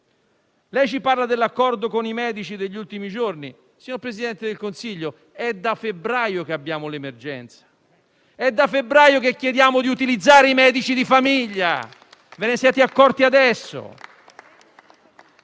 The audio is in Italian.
Lei ci parla dell'accordo con i medici degli ultimi giorni, ma signor Presidente del Consiglio è da febbraio che abbiamo l'emergenza; da febbraio chiediamo di utilizzare i medici di famiglia, ma ve ne siete accorti adesso,